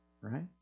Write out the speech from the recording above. Right